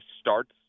starts